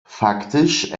faktisch